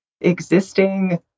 existing